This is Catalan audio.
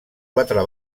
quatre